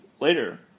later